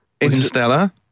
Interstellar